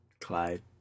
Clyde